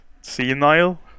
senile